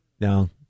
Now